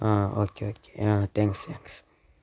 ആ okay okay ആ thanks thanks